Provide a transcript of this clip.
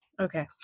okay